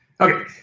Okay